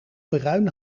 bruin